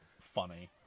funny